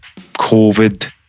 COVID